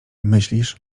myślisz